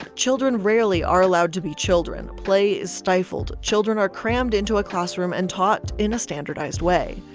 ah children rarely are allowed to be children, play is stifled. children are crammed into a classroom and taught in a standardized way.